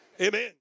Amen